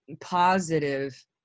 positive